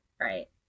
right